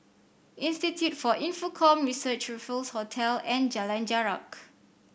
Institute for Infocomm Research Raffles Hotel and Jalan Jarak